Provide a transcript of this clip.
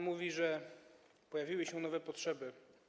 Mówi pan, że pojawiły się nowe potrzeby.